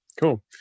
Cool